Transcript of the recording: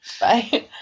Bye